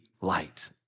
light